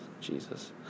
Jesus